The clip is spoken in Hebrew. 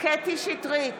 קטי קטרין שטרית,